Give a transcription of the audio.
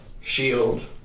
shield